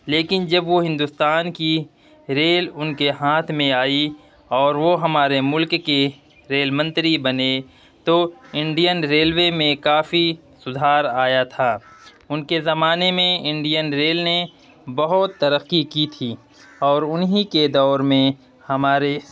لیکن جب وہ ہندوستان کی ریل ان کے ہاتھ میں آئی اور وہ ہمارے ملک کی ریل منتری بنے تو انڈین ریلوے میں کافی سدھار آیا تھا ان کے زمانے میں انڈین ریل نے بہت ترقی کی تھی اور انہیں کے دور میں ہمارے